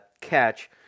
catch